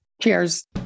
Cheers